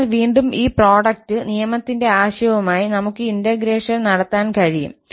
അതിനാൽ വീണ്ടും ഈ പ്രോഡക്റ്റ് നിയമത്തിന്റെ ആശയവുമായി നമുക്ക് ഈ ഇന്റഗ്രേഷൻ നടത്താൻ കഴിയും